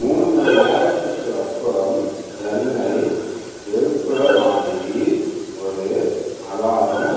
மூணு மணி நேரத்துக்கு அப்புறம் என்னை எழுப்புற மாதிரி ஒரு அலாரம்